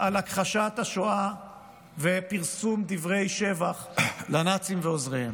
הכחשת השואה ופרסום דברי שבח לנאצים ועוזריהם,